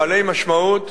בעלי משמעות.